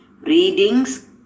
readings